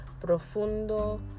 profundo